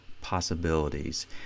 possibilities